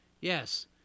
Yes